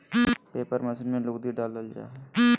paper machine में लुगदी डालल जा हय